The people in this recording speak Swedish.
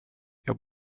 jag